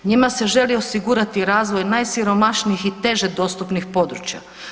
Njima se želi osigurati razvoj najsiromašnijih i teže dostupnih područja.